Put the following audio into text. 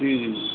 ہوں ہوں